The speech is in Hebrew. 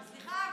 סליחה,